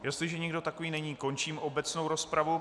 Jestliže nikdo takový není, končím obecnou rozpravu.